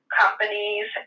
companies